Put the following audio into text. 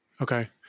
Okay